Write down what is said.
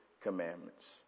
commandments